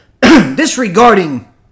disregarding